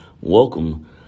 Welcome